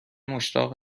مشتاق